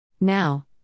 Now